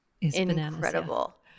incredible